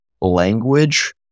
Language